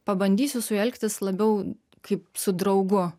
pabandysiu su juo elgtis labiau kaip su draugu